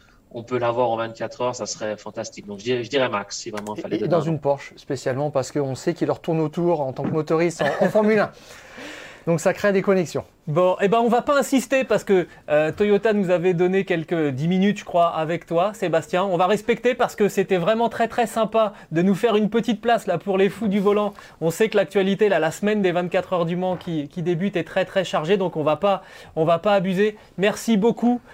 on peut l'avoir en 24 heures, ça serait fantastique. Donc, je dirais- je dirais Max, si vraiment il fallait Et- et donner dans un nom. une Porsche, spécialement, parce qu'on sait qu'il leur tourne autour en tant que motoriste en- en Formule 1. Donc, ça crée des connexions. Bon, eh ben, on va pas insister parce que, euh, Toyota nous avait donné quelques 10 minutes, je crois, avec toi, Sébastien. On va respecter parce que c'était vraiment très, très sympa de nous faire une petite place, là, pour les fous du volant. On sait que l'actualité, là, la semaine des 24 heures du Mans qui- qui débute est très, très chargée. Donc, on va pas- on va pas abuser. Merci beaucoup.